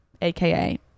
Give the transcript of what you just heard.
AKA